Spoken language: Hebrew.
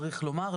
צריך לומר,